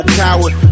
coward